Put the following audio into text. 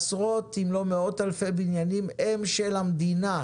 עשרות אם לא מאות אלפי בניינים הם של המדינה,